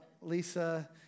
Lisa